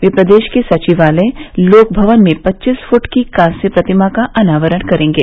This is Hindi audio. वे प्रदेश के सविवालय लोक भवन में पच्चीस फूट की कांस्य प्रतिमा का अनावरण करेंगे